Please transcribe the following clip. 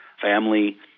family